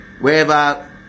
wherever